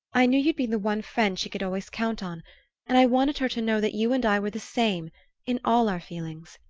i knew you'd been the one friend she could always count on and i wanted her to know that you and i were the same in all our feelings.